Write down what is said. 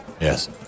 Yes